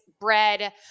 bread